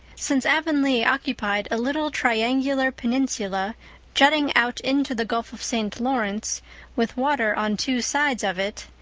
since avonlea occupied a little triangular peninsula jutting out into the gulf of st. lawrence with water on two sides of it,